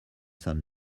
son